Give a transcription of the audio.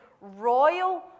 royal